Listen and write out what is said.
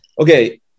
Okay